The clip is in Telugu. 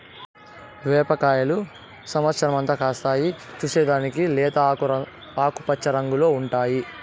సేప కాయలు సమత్సరం అంతా కాస్తాయి, చూసేకి లేత ఆకుపచ్చ రంగులో ఉంటాయి